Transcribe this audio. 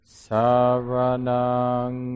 saranang